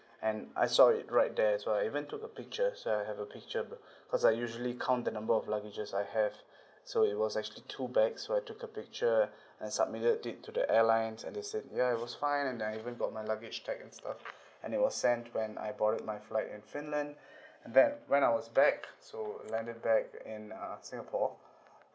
and I saw it right there so I went took a picture so I have a picture bo~ because I usually count the number of luggage I have so it was actually two bags so I took a picture and submitted it to the airlines and they said ya it was fine and I even got my luggage checked and stuff and it was sent when I boarded my flight in finland and then when I was back so landed back in uh singapore